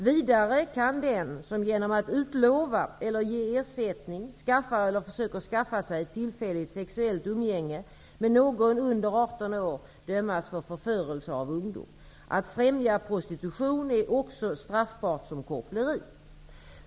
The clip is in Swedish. Vidare kan den som genom att utlova eller ge ersättning, skaffar eller försöker skaffa sig tillfälligt sexuellt umgänge med någon under arton år dömas för förförelse av ungdom. Att främja prostitution är också straffbart som koppleri.